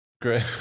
great